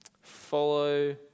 Follow